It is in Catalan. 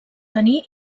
tenir